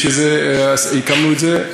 בשביל זה הקמנו את זה.